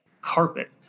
carpet